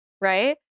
Right